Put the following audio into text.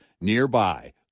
nearby